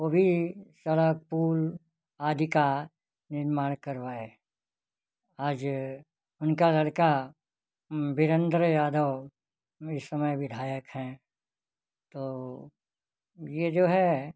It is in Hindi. वो भी सड़क पुल आदि का निर्माण करवाए आज उनका लड़का बिरेंद्र यादव इस समय विधायक है तो ये जो है